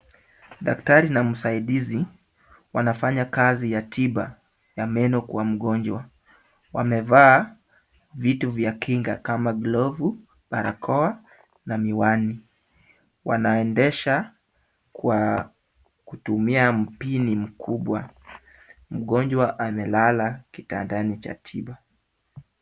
Daktari na msaidizi wanafanya kazi ya tiba ya meno kwa mgonjwa. Wamevaa vitu vya kinga kama glovu, barakoa na miwani. Wanaendesha kwa kutumia mpini mkubwa. Mgonjwa amelala kitandani cha tiba.